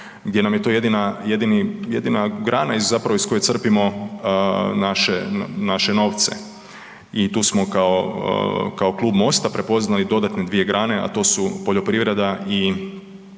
gdje nam je to jedina grana iz koje crpimo naše novce i tu smo kao klub Mosta prepoznali dodatne dvije grane, a to su poljoprivreda i